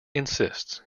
insists